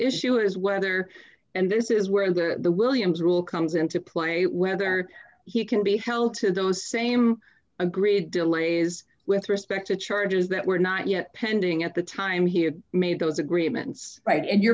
issue is whether and this is where the williams rule comes into play whether he can be held to those same agreed delays with respect to charges that were not yet pending at the time here made those agreements right and your